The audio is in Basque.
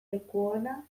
lekuona